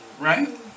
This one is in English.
Right